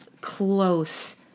close